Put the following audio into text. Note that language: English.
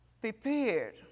prepared